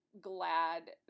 glad